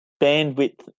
bandwidth